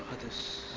others